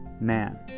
man